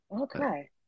okay